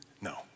no